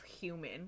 human